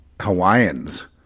Hawaiians